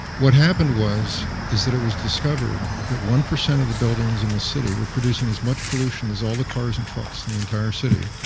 what happened was that that it was discovered that one percent of the buildings in the city were producing as much pollution as all the cars and trucks in the entire city.